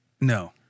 No